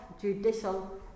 judicial